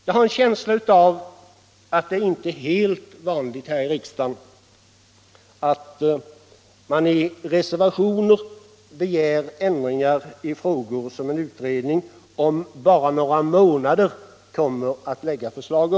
Jag har en känsla av att det inte är så vanligt här i riksdagen att man i reservationer begär ändringar i frågor som en utredning kommer att lägga fram förslag om inom några månader.